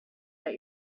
that